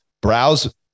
Browse